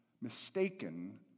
mistaken